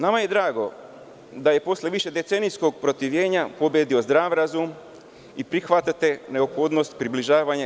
Nama je drago da je posle višedecenijskog protivljenja pobedio zdrav razum i prihvatanje neophodnosti približavanja EU.